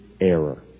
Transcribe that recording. error